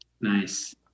Nice